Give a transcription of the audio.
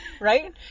right